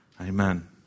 Amen